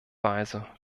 weise